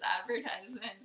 advertisement